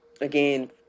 again